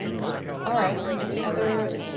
all right, any other